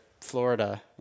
Florida